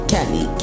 Kelly